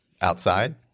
outside